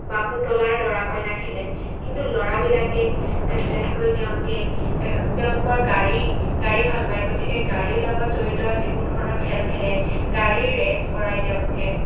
বা পুতলাৰ দৰা কইনা খেলে কিন্তু ল'ৰাবিলাকে যেনেকৈ তেওঁলোকে তেওঁলোকৰ গাড়ী গাড়ী ভাল পায় গতিকে গাড়ীৰ লগত জড়িত যিকোনো ধৰণৰ খেল খেলে গাড়ীৰ ৰেচ কৰাই তেওঁলোকে